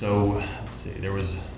so there was